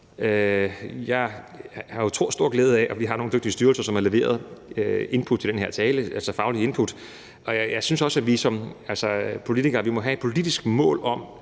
jeg har stor glæde af, at vi har nogle dygtige styrelser, som har leveret input til den her tale, altså fagligt input, og jeg synes også, at vi som politikere må have et politisk mål om,